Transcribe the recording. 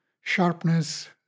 sharpness